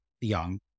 young